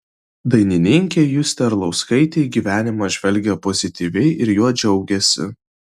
dainininkė justė arlauskaitė į gyvenimą žvelgia pozityviai ir juo džiaugiasi